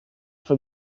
for